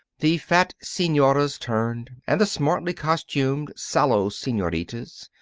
the fat senoras turned, and the smartly costumed, sallow senoritas,